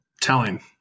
telling